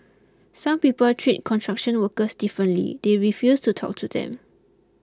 some people treat construction workers differently they refuse to talk to them